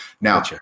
Now